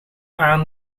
aan